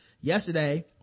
yesterday